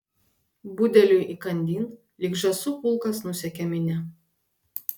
budeliui įkandin lyg žąsų pulkas nusekė minia